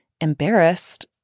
embarrassed